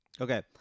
Okay